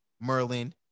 Merlin